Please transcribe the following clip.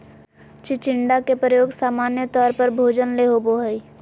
चिचिण्डा के प्रयोग सामान्य तौर पर भोजन ले होबो हइ